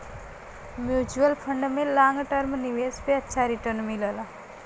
mutual fund में long term निवेश पे अच्छा रीटर्न मिलला